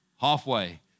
Halfway